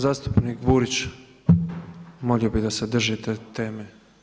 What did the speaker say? Zastupnik Borić, molio bih da se držite teme.